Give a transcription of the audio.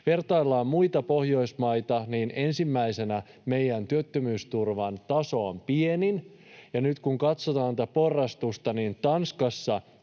vertaillaan muita Pohjoismaita, niin ensimmäiseksi, meidän työttömyysturvan taso on pienin. Ja nyt kun katsotaan tätä porrastusta, niin Tanskassa